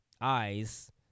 eyes